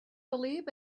believe